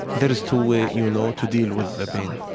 there is two way, you know, to deal with the pain.